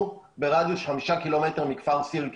ברדיוס של חמישה קילומטר מכפר סירקין,